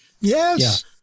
Yes